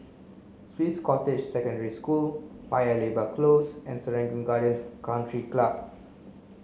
Swiss Cottage Secondary School Paya Lebar Close and Serangoon Gardens Country Club